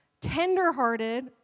tenderhearted